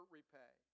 repay